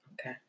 Okay